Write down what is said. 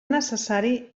necessari